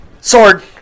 Sword